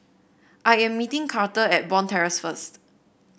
I am meeting Karter at Bond Terrace first